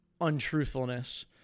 untruthfulness